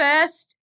first